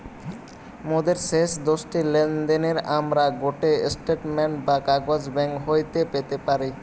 মোদের শেষ দশটি লেনদেনের আমরা গটে স্টেটমেন্ট বা কাগজ ব্যাঙ্ক হইতে পেতে পারি